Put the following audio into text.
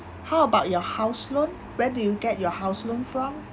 how about your house loan where do you get your house loan from